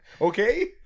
Okay